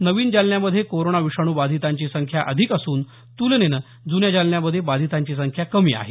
नवीन जालन्यामध्ये कोरोना विषाणू बाधितांची संख्या अधिक असून तुलनेनं जुन्या जालन्यामध्ये बाधितांची संख्या कमी आहे